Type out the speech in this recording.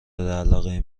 علاقه